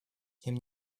тем